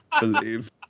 believe